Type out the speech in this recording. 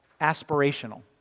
aspirational